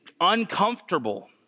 uncomfortable